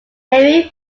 heavy